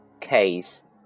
case